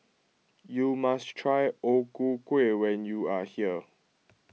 you must try O Ku Kueh when you are here